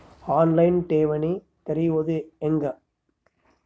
On line ಠೇವಣಿ ತೆರೆಯೋದು ಹೆಂಗ?